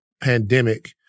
pandemic